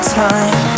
time